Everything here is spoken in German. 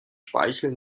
speichel